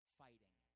fighting